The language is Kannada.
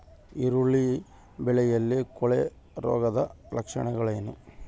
ಈರುಳ್ಳಿ ಬೆಳೆಯಲ್ಲಿ ಕೊಳೆರೋಗದ ಲಕ್ಷಣಗಳೇನು?